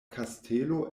kastelo